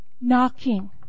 Knocking